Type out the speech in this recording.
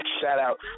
shout-out